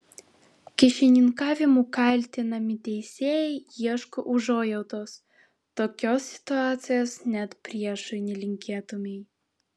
kyšininkavimu kaltinami teisėjai ieško užuojautos tokios situacijos net priešui nelinkėtumei